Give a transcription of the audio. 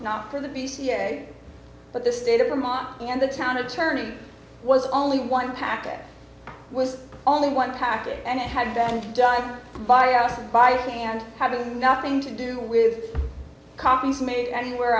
not for the b c s but the state of vermont and the town attorney was only one packet was only one package and it had been done by us and by hand having nothing to do with copies made and where